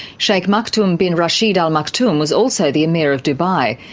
sheikh maktoum bin rashid al maktoum was also the emir of dubai.